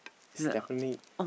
is definitely